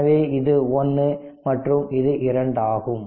எனவே இது 1 மற்றும் இது 2 ஆகும்